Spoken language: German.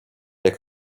der